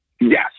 Yes